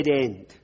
end